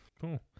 Cool